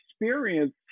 experience